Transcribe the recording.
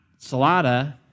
Salada